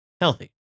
healthy